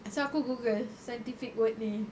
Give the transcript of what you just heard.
so aku google scientific word ni